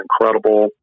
incredible